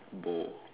bowl